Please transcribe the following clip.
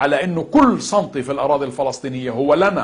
להתנהג בשטחי C כאילו כל סנטימטר בהם הוא שלנו.